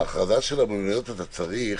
זה מאוד קשה לאמוד את רמת הפגיעה.